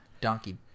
donkey